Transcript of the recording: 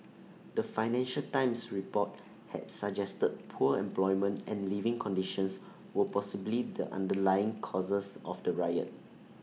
the financial times report had suggested poor employment and living conditions were possibly the underlying causes of the riot